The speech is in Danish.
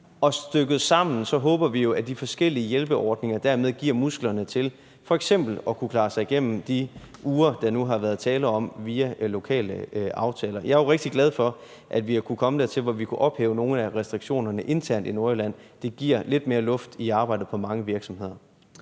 Sammenlagt håber vi jo, at de forskellige hjælpeordninger dermed giver musklerne til f.eks. at kunne klare sig igennem de uger, der nu har været tale om, via lokale aftaler. Jeg er jo rigtig glad for, at vi er kommet dertil, hvor vi har kunnet ophæve nogle af restriktionerne internt i Nordjylland. Det giver lidt mere luft i arbejdet for mange virksomheder.